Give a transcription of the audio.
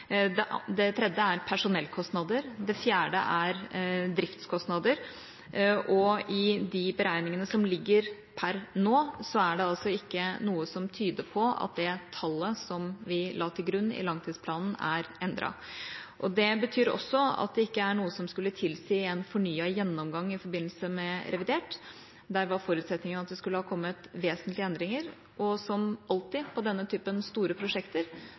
det fjerde er driftskostnader. I de beregningene som ligger per nå, er det ikke noe som tyder på at det tallet som vi la til grunn i langtidsplanen, er endret. Det betyr også at det ikke er noe som skulle tilsi en fornyet gjennomgang i forbindelse med revidert. Da var forutsetningen at det skulle ha kommet vesentlige endringer. Som alltid på denne typen store prosjekter kommer selvfølgelig regjeringa tilbake til Stortinget dersom det skulle være behov for oppdateringer, og vi oppdaterer også jevnlig om store prosjekter,